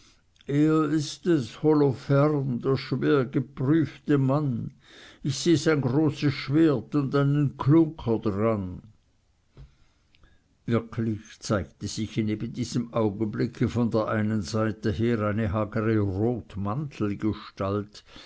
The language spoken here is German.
er ist es holofern der schwergeprüfte mann ich seh sein großes schwert und einen klunker dran wirklich zeigte sich in eben diesem augenblicke von der einen seite her eine hagere